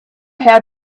had